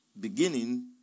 beginning